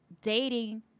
dating